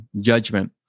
judgment